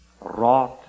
wrought